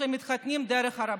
שמתחתנים דרך הרבנות.